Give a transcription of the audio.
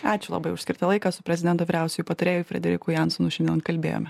ačiū labai už skirtą laiką su prezidento vyriausiuoju patarėju frederiku jansonu šiandien kalbėjome